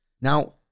Now